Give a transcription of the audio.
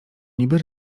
niby